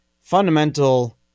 fundamental